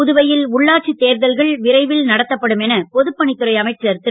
புதுவையில் உள்ளாட்சி தேர்தல்கள் விரைவில் நடத்தப்படும் என பொதுப்பணித்துறை அமைச்சர் திரு